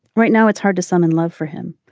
right now it's hard to summon love for him.